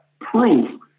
proof